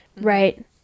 right